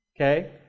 Okay